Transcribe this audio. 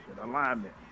alignment